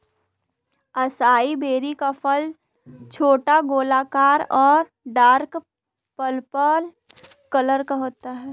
acai berry का फल छोटा, गोलाकार और डार्क पर्पल कलर का होता है